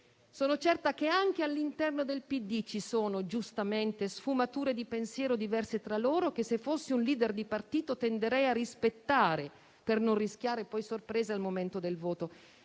Sono certa che anche all'interno del Partito Democratico ci sono, giustamente, sfumature di pensiero diverse tra loro che se fossi un *leader* di partito, tenderei a rispettare per non rischiare poi sorprese al momento del voto.